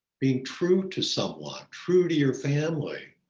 being true to someone, true to your family,